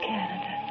Canada